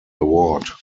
award